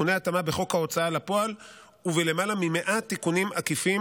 תיקוני התאמה בחוק ההוצאה לפועל ובלמעלה מ-100 תיקונים עקיפים